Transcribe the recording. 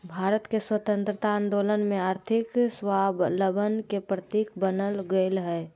भारत के स्वतंत्रता आंदोलन में आर्थिक स्वाबलंबन के प्रतीक बन गेलय हल